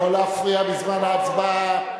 לא להפריע בזמן ההצבעה.